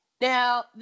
Now